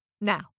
Now